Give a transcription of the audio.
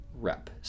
rep